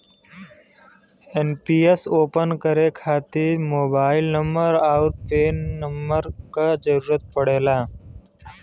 NPS open करे खातिर mobile number आउर पैन नंबर क जरुरत पड़ला